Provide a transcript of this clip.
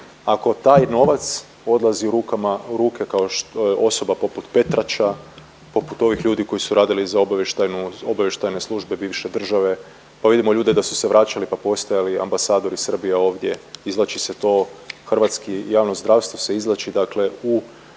ako taj novac odlazi u rukama, u ruke kao što je osoba poput Petrača, poput ovih ljudi koji su radili za obavještajnu, obavještajne službe bivše države, pa vidimo ljude da su se vraćali pa postajali ambasadori Srbije ovdje, izvlači se to, hrvatski javno zdravstvo se izvlači dakle u